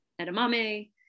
edamame